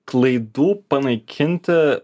klaidų panaikinti